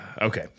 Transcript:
Okay